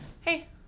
Hey